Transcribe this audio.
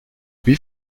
wie